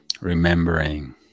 Remembering